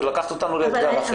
לקחת אותנו לאתגר אחר.